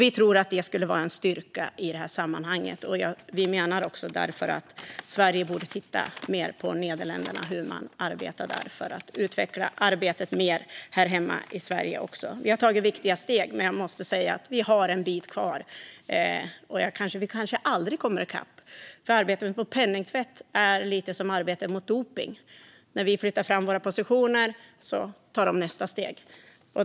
Vi tror att det skulle vara en styrka i sammanhanget, och vi menar att Sverige borde titta mer på hur man arbetar i Nederländerna för att utveckla arbetet mer här hemma i Sverige. Viktiga steg har tagits, men det finns en bit kvar. Vi kanske aldrig kommer i kapp. Arbetet mot penningtvätt är lite som arbetet mot dopning. När vi flyttar fram våra positioner tar de nästa steg.